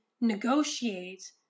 negotiate